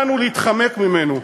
אל לנו להתחמק ממנו,